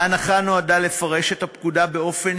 ההנחיה נועדה לפרש את הפקודה באופן